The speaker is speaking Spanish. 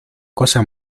cosa